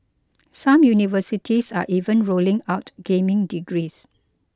some universities are even rolling out gaming degrees